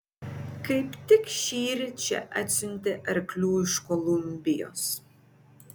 kaip tik šįryt čia atsiuntė arklių iš kolumbijos